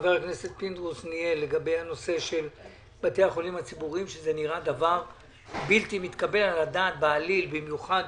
שזה מצב בלתי מתקבל על הדעת בעליל במיוחד